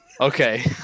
okay